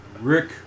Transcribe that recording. Rick